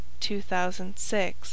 2006